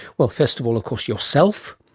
well, first of all of course yourself,